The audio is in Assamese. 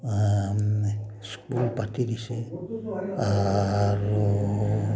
স্কুল পাতি দিছে আৰু